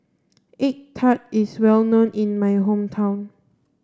egg tart is well known in my hometown